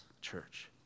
church